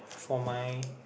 for my